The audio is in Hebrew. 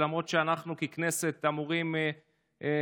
ולמרות שאנחנו ככנסת אמורים לפקח,